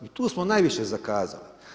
I tu smo najviše zakazali.